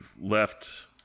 left